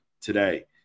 today